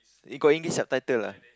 eh got English subtitle lah